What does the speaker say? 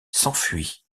s’enfuit